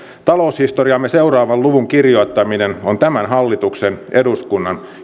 taloushistoriamme seuraavan luvun kirjoittaminen on tämän hallituksen eduskunnan